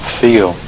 feel